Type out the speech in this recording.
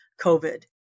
COVID